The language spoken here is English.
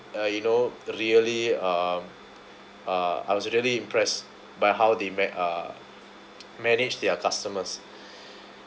uh you know really um uh I was really impressed by how they ma~ uh manage their customers